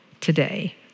today